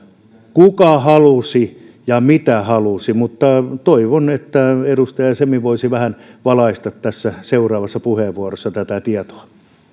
kuka halusi ja mitä halusi mutta toivon että edustaja semi voisi vähän valaista tässä seuraavassa puheenvuorossa tätä tietoa